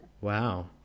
wow